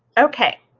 okay.